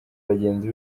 bagenzi